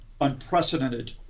unprecedented